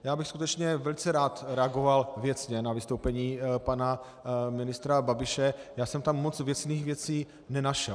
Já bych skutečně velice rád reagoval věcně na vystoupení pana ministra Babiše, já jsem tam moc věcných věcí nenašel.